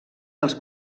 els